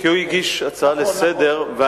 כי הוא הגיש הצעה לסדר-היום,